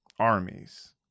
armies